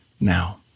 now